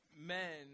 Men